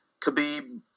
khabib